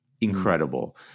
incredible